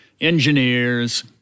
Engineers